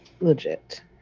Legit